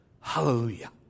Hallelujah